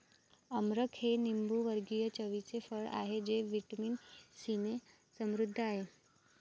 अमरख हे लिंबूवर्गीय चवीचे फळ आहे जे व्हिटॅमिन सीने समृद्ध आहे